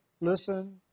listen